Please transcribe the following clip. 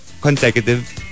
consecutive